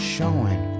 Showing